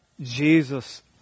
Jesus